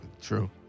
True